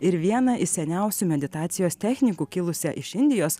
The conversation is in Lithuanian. ir vieną iš seniausių meditacijos technikų kilusią iš indijos